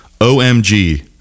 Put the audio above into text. OMG